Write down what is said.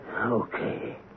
Okay